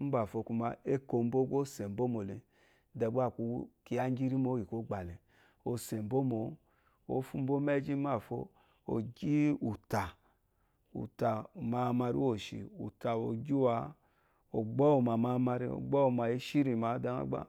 Umbàfo kwuma, éko mbó gbá ó sè mbómò le, dɛɛ gbá a kwu kyiya íŋgyì írímò íŋgyì kwɔ́gbà le. Ó sè mbò mǒ, ǒ fu mbó mɛ́zhí, mâfo, ò gyí ùtà, ùtà mamari, úwòshì, ùtà wù o gyí wu ǎ, o gbɔ́ wu mà mamari, o gbɔ wu mamari, o gbo wu mà e shirimǎ dɛɛ ŋá gbá.